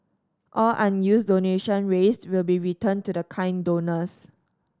all unused donations raised will be returned to the kind donors